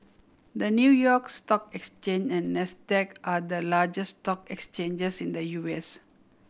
the New York Stock Exchange and Nasdaq are the largest stock exchanges in the U S